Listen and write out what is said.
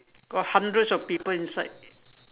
got hundreds of people inside